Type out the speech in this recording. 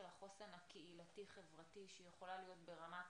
החוסן הקהילתי חברתי שיכול להיות ברמת